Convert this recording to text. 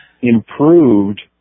improved